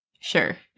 sure